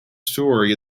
story